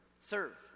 serve